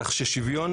כך ששוויון